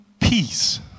peace